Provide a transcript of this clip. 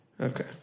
Okay